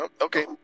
Okay